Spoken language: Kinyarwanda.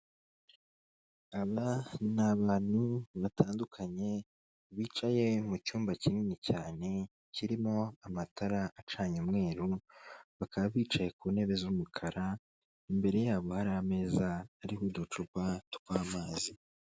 Aha ni abantu batandukanye bicaye mu cyumba kinini cyane, kirimo amatara acanye umweru, bakaba bicaye ku ntebe z'umukara, imbere yabo hari ameza ariho uducupa tw'amazi.